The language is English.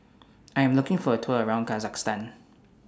I Am looking For A Tour around Kazakhstan